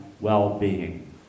well-being